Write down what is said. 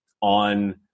on